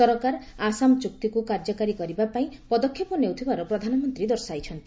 ସରକାର ଆସାମ ଚୁକ୍ତିକୁ କାର୍ଯ୍ୟକାରୀ କରିବା ପାଇଁ ପଦକ୍ଷେପ ନେଉଥିବାର ପ୍ରଧାନମନ୍ତ୍ରୀ ଦର୍ଶାଇଛନ୍ତି